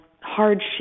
hardship